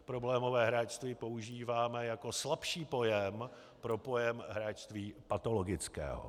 Problémové hráčství používáme jako slabší pojem pro pojem hráčství patologického.